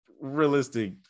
realistic